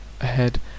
ahead